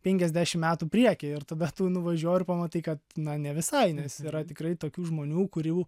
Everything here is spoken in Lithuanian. penkiasdešim metų priekyje ir tada tu nuvažiuoji pamatai kad na ne visai nes yra tikrai tokių žmonių kurių